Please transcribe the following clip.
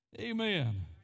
Amen